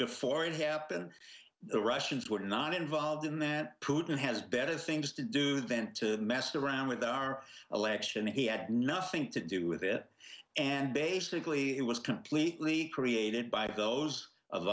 before it happened the russians were not involved in that putin has better things to do then to mess around with our election he had nothing to do with it and basically it was completely created by those of